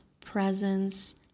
presence